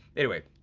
anyway,